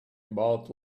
about